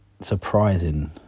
surprising